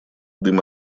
дым